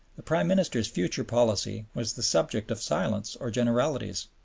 the prime minister's future policy was the subject of silence or generalities.